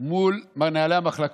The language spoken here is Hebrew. מול מנהלי המחלקות.